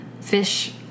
fish